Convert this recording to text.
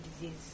disease